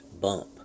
bump